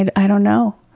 and i don't know.